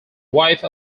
wife